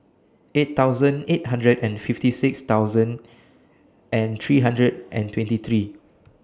eight thousand eight hundred and fifty six thousand and three hundred and twenty three